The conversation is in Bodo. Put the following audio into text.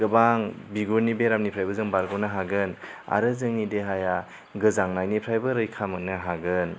गोबां बिगुरनि बेरामनिफ्रायबो जों बारग'नो हागोन आरो जोंनि देहाया गोजांनायनिफ्रायबो रैखा मोन्नो हागोन